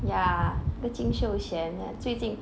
ya 那个金秀贤 eh 最近